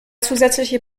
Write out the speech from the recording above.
zusätzliche